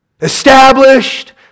Established